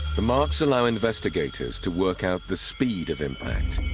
the marks allow investigators to work out the speed of impact